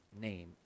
name